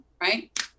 right